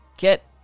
get